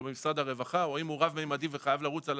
במשרד הרווחה או האם הוא רב-ממדי וחייב לרוץ על